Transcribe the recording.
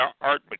Art